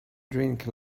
drink